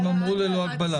הם אמרו ללא הגבלה.